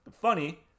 funny